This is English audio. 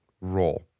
role